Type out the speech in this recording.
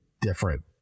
different